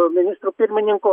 su ministru pirmininku